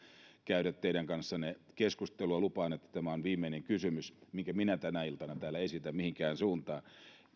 käydä teidän kanssanne keskustelua lupaan että tämä on viimeinen kysymys minkä minä tänä iltana täällä esitän mihinkään suuntaan